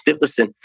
Listen